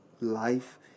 life